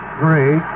three